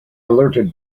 alerted